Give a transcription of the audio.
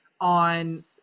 on